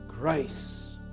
grace